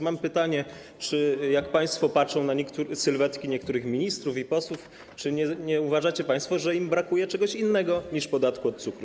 Mam pytanie: Czy jak państwo patrzą na sylwetki niektórych ministrów i posłów, to czy nie uważają państwo, że im brakuje czegoś innego niż podatku od cukru?